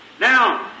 Now